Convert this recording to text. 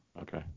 Okay